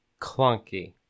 clunky